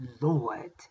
Lord